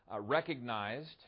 recognized